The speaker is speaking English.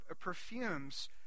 perfumes